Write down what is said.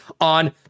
on